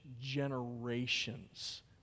generations